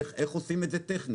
איך עושים את זה טכנית.